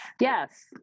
yes